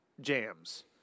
jams